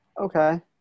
Okay